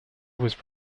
was